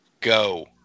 Go